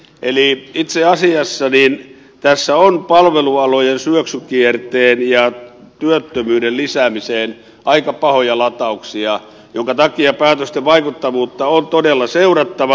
eli itse asiassa tässä on palvelualojen syöksykierteen ja työttömyyden lisäämiseen aika pahoja latauksia minkä takia päätösten vaikuttavuutta on todella seurattava